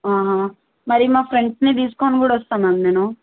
మరి మా ఫ్రెండ్స్ని తీసుకుని కూడా వస్తా మ్యామ్ నేను